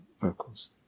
vocals